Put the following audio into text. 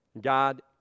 God